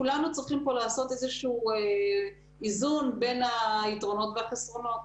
כולנו צריכים פה לעשות איזה שהוא איזון בין היתרונות והחסרונות.